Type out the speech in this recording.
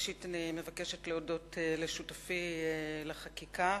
ראשית אני מבקשת להודות לשותפי לחקיקה,